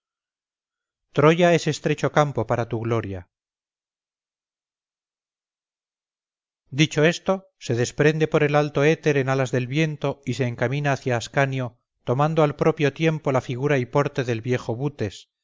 troya es estrecho campo para tu gloria dicho esto se desprende por el alto éter en alas del viento y se encamina hacia ascanio tomando al propio tiempo la figura y porte del viejo butes